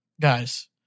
Guys